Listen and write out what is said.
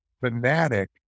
fanatic